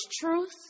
truth